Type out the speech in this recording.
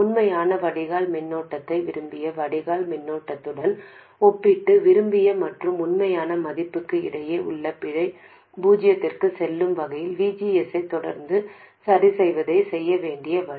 உண்மையான வடிகால் மின்னோட்டத்தை விரும்பிய வடிகால் மின்னோட்டத்துடன் ஒப்பிட்டு விரும்பிய மற்றும் உண்மையான மதிப்புக்கு இடையே உள்ள பிழை பூஜ்ஜியத்திற்கு செல்லும் வகையில் V G S ஐ தொடர்ந்து சரிசெய்வதே செய்ய வேண்டிய வழி